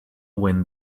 win